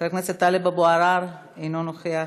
חבר הכנסת טלב אבו עראר, אינו נוכח,